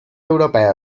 europea